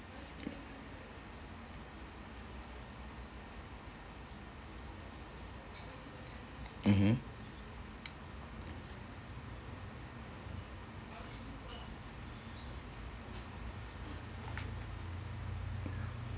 mmhmm